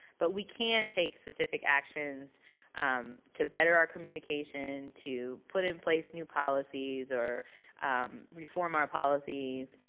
but we can take specific actions to better our communication, to put in place new policies or reform our policies,